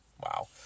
Wow